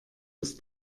des